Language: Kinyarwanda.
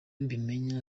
mbimenya